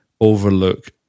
overlook